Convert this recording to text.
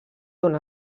una